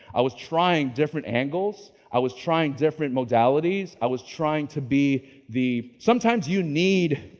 i was trying different angles. i was trying different modalities. i was trying to be the, sometimes you need,